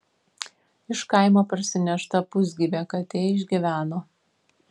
iš kaimo parsinešta pusgyvė katė išgyveno